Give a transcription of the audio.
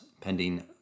pending